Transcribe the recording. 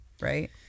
right